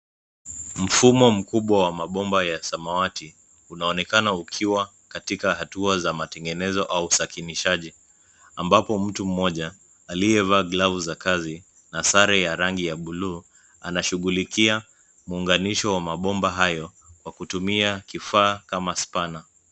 Mfumo mkubwa wa mabomba ya samawati unaonekana ukiwa katika hatua za matengenezo au usakanishaji ambapo mtu mmoja aliyevaa glavu za kazi na sare ya rangi ya buluu anashughulikia muunganisho wa mabomba hayo kwa kutumia kifaa kama spana.